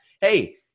Hey